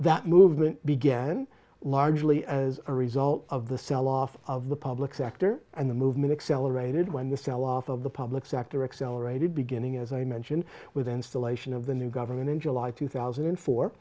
that movement began largely as a result of the sell off of the public sector and the movement accelerated when the sell off of the public sector accelerated beginning as i mentioned with installation of the new government in july two thousand and four